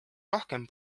rohkem